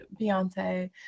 Beyonce